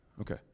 Okay